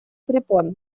препон